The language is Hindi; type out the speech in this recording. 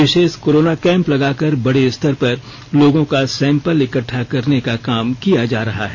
विशेष कोरोना कैंप लगाकर बड़े स्तर पर लोगों का सैंपल इक्कटठा करने का काम किया जा रहा है